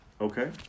Okay